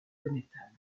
connétable